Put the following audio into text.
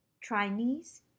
Chinese